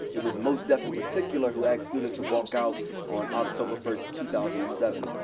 it was mos def in particular who asked students to walk out on october first, two thousand and seven.